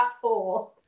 four